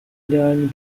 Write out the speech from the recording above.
ideální